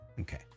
Okay